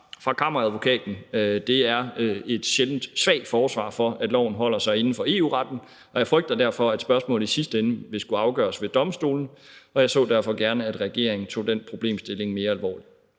fra Kammeradvokaten er et sjældent svagt forsvar for, at loven holder sig inden for EU-retten, og jeg frygter derfor, at spørgsmålet i sidste ende vil skulle afgøres ved domstolene. Jeg så derfor gerne, at regeringen tog den problemstilling mere alvorligt.